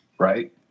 Right